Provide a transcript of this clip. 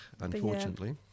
unfortunately